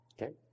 Okay